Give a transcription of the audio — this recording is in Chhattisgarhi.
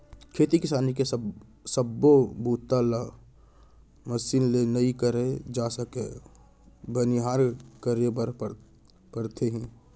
खेती किसानी के सब्बो बूता ल मसीन ले नइ करे जा सके बनिहार करे बर परथे ही